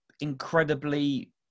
incredibly